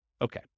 Okay